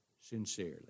sincerely